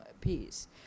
piece